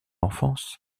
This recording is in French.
enfance